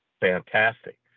fantastic